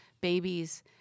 babies